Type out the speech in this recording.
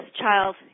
child